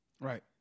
Right